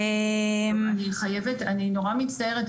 אני נורא מצטערת,